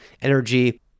energy